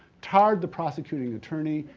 tarred the prosecuting attorney,